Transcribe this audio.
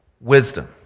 Wisdom